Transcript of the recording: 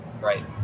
right